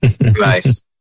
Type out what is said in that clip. Nice